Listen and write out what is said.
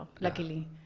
luckily